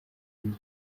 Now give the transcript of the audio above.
lui